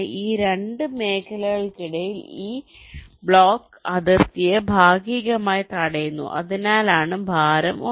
ഈ 2 മേഖലകൾക്കിടയിൽ ഈ ബ്ലോക്ക് അതിർത്തിയെ ഭാഗികമായി തടയുന്നു അതിനാലാണ് ഭാരം 1